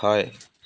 হয়